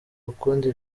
ukundi